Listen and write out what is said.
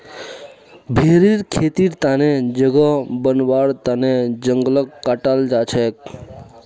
भेरीर खेतीर तने जगह बनव्वार तन जंगलक काटाल जा छेक